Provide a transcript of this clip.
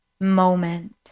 moment